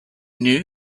new